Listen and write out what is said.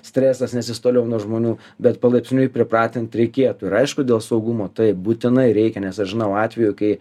stresas nes jis toliau nuo žmonių bet palaipsniui pripratint reikėtų ir aišku dėl saugumo taip būtinai reikia nes aš žinau atvejų kai